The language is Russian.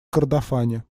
кордофане